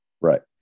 Right